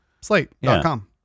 slate.com